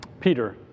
Peter